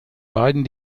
beiden